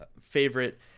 favorite